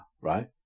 right